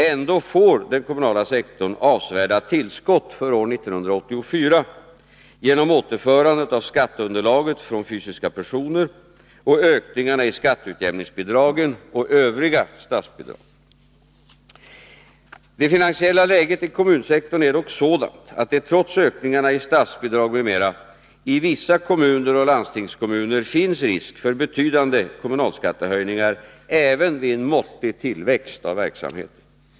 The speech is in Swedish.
Ändå får den kommunala sektorn avsevärda tillskott för år 1984 genom återförandet av skatteunderlaget från fysiska personer och ökningarna i skatteutjämningsbidragen och Övriga statsbidrag. Det finansiella läget i kommunsektorn är dock sådant att det trots ökningarna i statsbidrag m.m. i vissa kommuner och landstingskommuner finns risk för betydande kommunalskattehöjningar även vid en måttlig tillväxt av verksamheten.